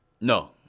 No